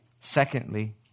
Secondly